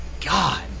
God